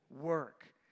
work